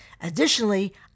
Additionally